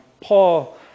Paul